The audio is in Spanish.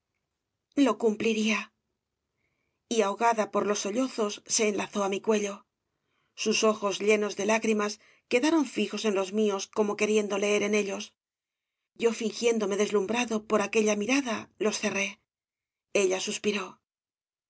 lo cumpliría y ahogada por los sollozos se enlazó á mi cuello sus ojos llenos de lágrimas quedaron fijos en los míos como queriendo leer en ellos yo fingiéndome deslumbrado por